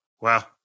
Wow